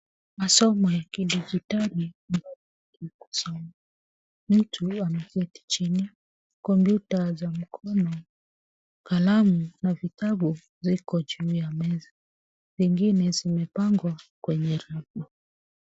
Masomo ya kidijitali... Mtu ameketi chini. Kompyuta za mkono, kalamu na vitabu ziko juu ya meza. Zingine zimepangwa kwenye rafu.